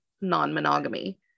non-monogamy